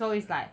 so it's like